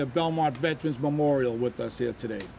the belmont veterans memorial with us here today